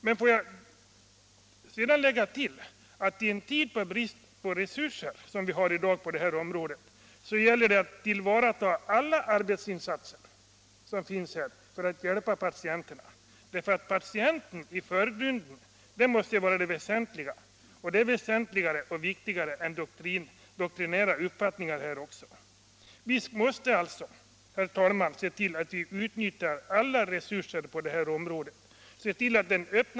Jag vill emellertid tillägga att med den brist på resurser som i dag råder gäller det att tillvarata alla arbetsinsatser för att hjälpa patienterna. Att patienten ställs i förgrunden måste ju ändå vara det väsentliga; det är viktigare än att hävda doktrinära uppfattningar. Vi måste alltså, herr talman, se till, att vi utnyttjar alla resurser på detta område.